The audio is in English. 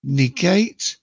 negate